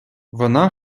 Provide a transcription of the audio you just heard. вона